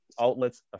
outlet's